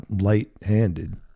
light-handed